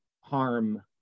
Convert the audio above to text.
harm